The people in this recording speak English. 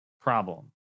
problem